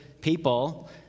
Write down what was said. people